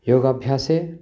योगाभ्यासे